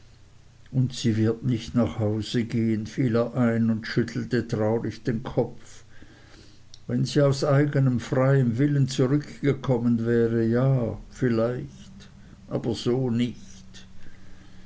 und sie wird nicht nach hause gehen fiel er ein und schüttelte traurig den kopf wenn sie aus eignem freien willen zurückgekommen wäre ja vielleicht aber so nicht